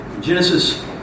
Genesis